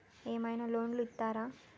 ఏమైనా లోన్లు ఇత్తరా?